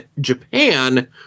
japan